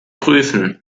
prüfen